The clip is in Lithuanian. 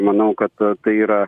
manau kad tai yra